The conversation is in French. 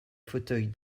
fauteuils